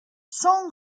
song